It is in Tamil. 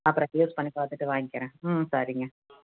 அப்புறம் யூஸ் பண்ணி பார்த்துட்டு வாங்கிக்கிறேன் ம் சரிங்க